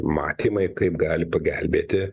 matymai kaip gali pagelbėti